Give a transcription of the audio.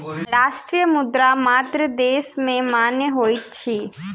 राष्ट्रीय मुद्रा मात्र देश में मान्य होइत अछि